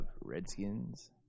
Redskins